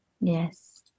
Yes